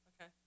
Okay